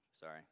Sorry